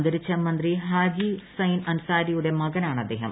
അന്തരിച്ച മന്ത്രി ഹാജി ഹുസൈൻ അൻസാരിയുടെ മകനാണ് അദ്ദേഹം